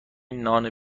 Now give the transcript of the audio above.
نان